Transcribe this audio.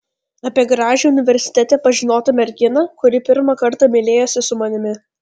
apie gražią universitete pažinotą merginą kuri pirmą kartą mylėjosi su manimi